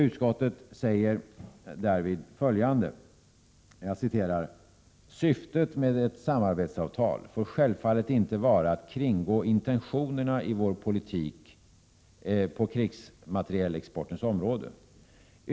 Utskottet säger därvid följande: ”Syftet med ett samarbetsavtal får självfallet inte vara att kringgå intentionerna i vår politik på krigsmaterielexportens område.